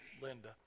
Linda